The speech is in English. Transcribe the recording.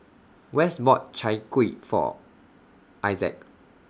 Wes bought Chai Kuih For Isaac